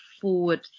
forward